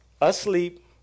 asleep